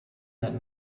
that